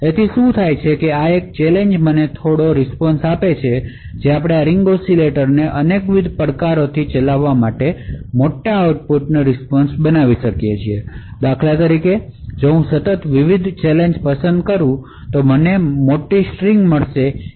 તે શું થાય છે કે આ એક ચેલેંજ મને એક બીટ રીસ્પોન્શ આપે છે જો આપણે આ રીંગ ઑસિલેટરને અનેક ચેલેંજ થી ચલાવીએ તો આપણે મોટા આઉટપુટ રીસ્પોન્શ બનાવી શકીએ છીએ ઉદાહરણ તરીકે જો હું સતત વિવિધ ચેલેંજ પસંદ કરું તો મને મોટો શબ્દમાળા મળી શકે